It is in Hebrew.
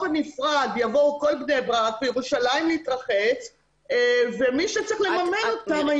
הנפרד תבוא כל בני ברק וירושלים להתרחץ ומי שצריך לממן אותם,